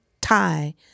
tie